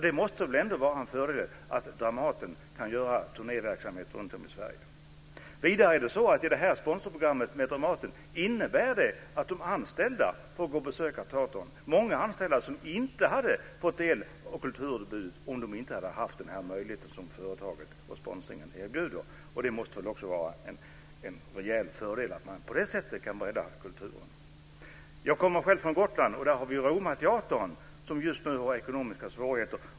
Det måste väl ändå vara en fördel att Dramaten kan ha turnéverksamhet runtom i Sverige. Vidare är det så att det här sponsorprogrammet med Dramaten innebär att de anställda får besöka teatern. Det handlar om många anställda som inte hade fått ta del av kulturutbudet om de inte hade haft den här möjligheten som företaget och sponsringen erbjuder. Det måste väl också vara en rejäl fördel att man kan bredda kulturen på det sättet. Jag kommer själv från Gotland, och där har vi Romateatern som just nu har ekonomiska svårigheter.